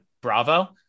Bravo